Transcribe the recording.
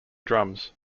drums